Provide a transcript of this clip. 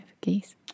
Geese